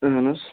اہن حظ